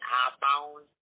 iPhone